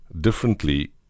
differently